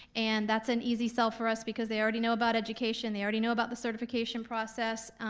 and that's an easy sell for us because they already know about education, they already know about the certification process.